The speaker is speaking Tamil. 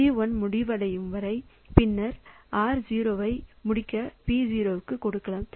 P1 முடிவடையும் பின்னர் R0 ஐ முடிக்க P0 க்கு கொடுக்கலாம்